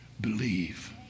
believe